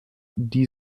die